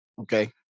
Okay